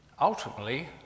Ultimately